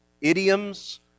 idioms